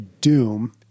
doom